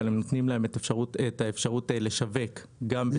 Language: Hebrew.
אבל נותנים להן את האפשרות לשווק גם בצורה דיגיטלית.